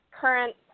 current